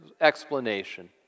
explanation